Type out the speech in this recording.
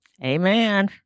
Amen